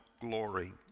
glory